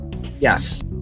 Yes